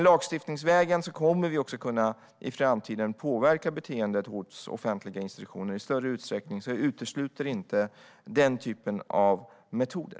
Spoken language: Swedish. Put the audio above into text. Lagstiftningsvägen kommer vi också i framtiden att kunna påverka beteendet hos offentliga institutioner i större utsträckning, så jag utesluter inte den typen av metoder.